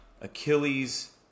achilles